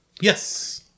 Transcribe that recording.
Yes